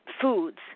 foods